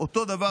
שאותו הדבר,